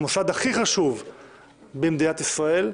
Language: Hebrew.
המוסד הכי חשוב במדינת ישראל,